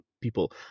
people